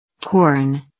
Corn